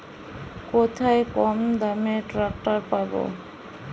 কোথায় কমদামে ট্রাকটার পাব?